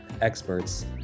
experts